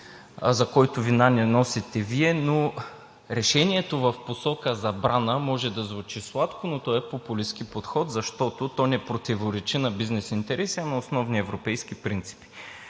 за който вина не носите Вие, но решението в посока забрана може да звучи сладко, но то е популистки подход, защото то не противоречи на бизнес интереси, а на основни европейски принципи.